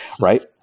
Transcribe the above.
Right